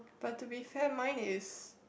but to be fair mine is